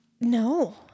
No